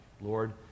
Lord